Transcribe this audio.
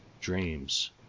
dreams